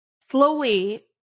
slowly